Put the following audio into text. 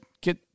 get